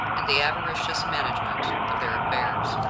and the avaricious management of their affairs.